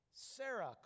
Sarah